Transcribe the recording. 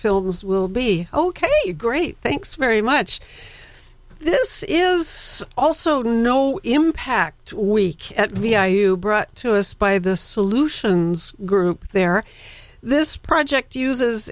films will be ok great thanks very much this is also no impact week at vi you brought to us by the solutions group there this project uses